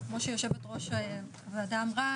אז כמו שיושבת ראש הוועדה אמרה,